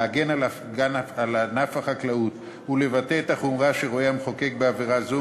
להגן על ענף החקלאות ולבטא את החומרה שרואה המחוקק בעבירה זו,